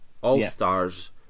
All-Stars